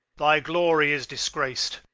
thy glory is disgrac'd,